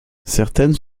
certaines